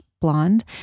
blonde